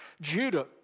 Judah